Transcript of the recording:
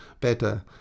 better